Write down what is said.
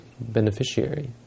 beneficiary